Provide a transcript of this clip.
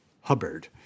Hubbard